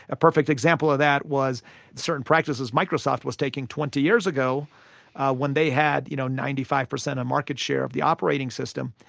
a perfect example of that was certain practices microsoft was taking twenty years ago when they had you know ninety five percent of market share of the operating system,